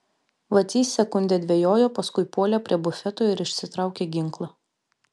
vacys sekundę dvejojo paskui puolė prie bufeto ir išsitraukė ginklą